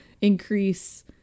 increase